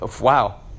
wow